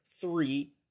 three